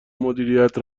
مدیریت